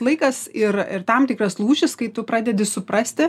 laikas ir ir tam tikras lūžis kai tu pradedi suprasti